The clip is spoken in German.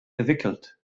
verwickelt